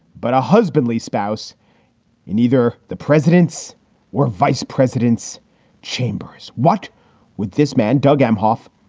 but a husbandly spouse in either the president's or vice president's chambers. what would this man, doug imhoff,